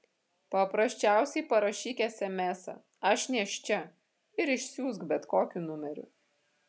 paprasčiausiai parašyk esemesą aš nėščia ir išsiųsk bet kokiu numeriu